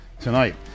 tonight